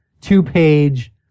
two-page